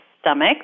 stomach